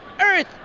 earth